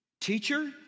teacher